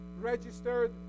registered